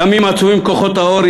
ימים עצובים לכוחות האור,